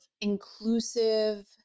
inclusive